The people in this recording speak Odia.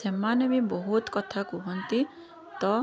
ସେମାନେ ବି ବହୁତ କଥା କୁହନ୍ତି ତ